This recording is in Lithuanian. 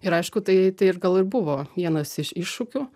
ir aišku tai tai ir gal ir buvo vienas iš iššūkių